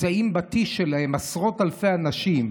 נמצאים בכיס שלהם עשרות אלפי אנשים,